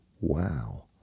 wow